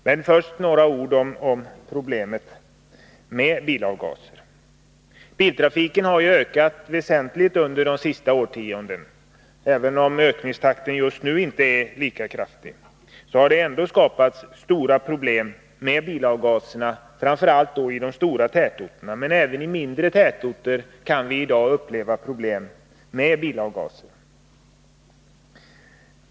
Men först några ord om problemet med bilavgaser. Biltrafiken har ökat väsentligt under de senaste årtiondena, och även om ökningstakten just nu inte är lika snabb, har ändå betydande problem skapats på grund av bilavgaserna, framför allt inom de stora tätorterna. Även mindre tätorter har i dag problem på grund av bilavgaser.